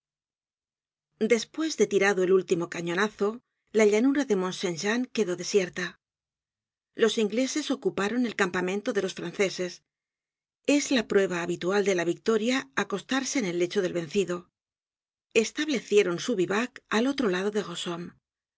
despues de tirado el último cañonazo la llanura de mont saintjean quedó desierta los ingleses ocuparon el campamento de los franceses es la prueba habitual de la victoria acostarse en el lecho del vencido establecieron su vivac al otro lado de